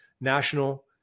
national